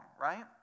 right